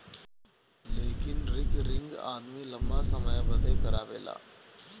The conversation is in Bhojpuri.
लेकिन रिकरिंग आदमी लंबा समय बदे करावेला